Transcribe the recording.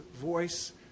voice